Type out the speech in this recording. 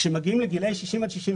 כאשר מגיעים לגילי 60 עד 64